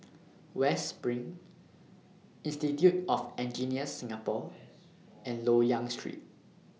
West SPRING Institute of Engineers Singapore and Loyang Street